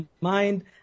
mind